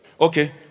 Okay